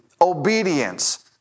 obedience